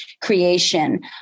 creation